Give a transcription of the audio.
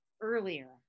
earlier